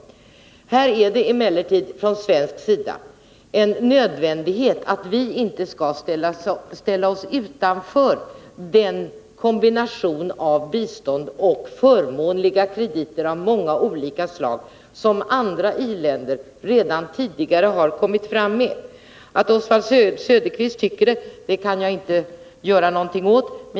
Här är det emellertid från svensk sida en nödvändighet att vi inte ställer oss utanför den kombination av bistånd och förmånliga krediter av många olika slag som andra i-länder redan tidigare har kommit fram med. Oswald Söderqvists uppfattning kan jag inte göra någonting åt.